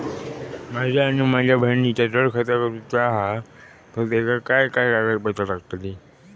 माझा आणि माझ्या बहिणीचा जोड खाता करूचा हा तर तेका काय काय कागदपत्र लागतली?